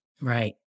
Right